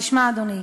תשמע, אדוני,